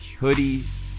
hoodies